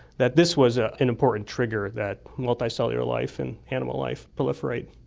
that this was ah an important trigger that multicellular life and animal life proliferate.